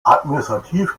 administrativ